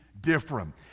different